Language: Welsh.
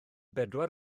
bedwar